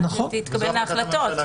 עד שתתקבלנה החלטות.